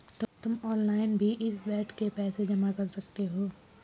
तुम ऑनलाइन भी इस बेड के पैसे जमा कर सकते हो